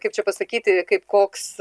kaip čia pasakyti kaip koks